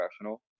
professional